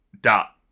Dot